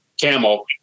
camel